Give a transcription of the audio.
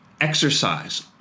exercise